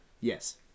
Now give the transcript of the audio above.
Yes